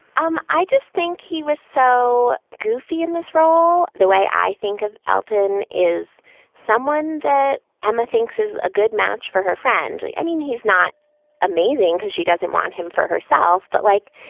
um i just think he was so goofy in this role. the way i think of elton is someone that emma thinks is a good match for her friend. like i mean, he's not amazing because she doesn't want him for herself, but like,